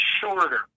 shorter